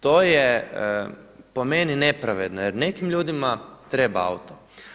To je po meni nepravedno jer nekim ljudima treba auto.